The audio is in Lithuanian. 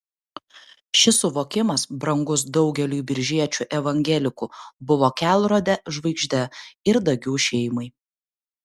šis suvokimas brangus daugeliui biržiečių evangelikų buvo kelrode žvaigžde ir dagių šeimai